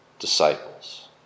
Disciples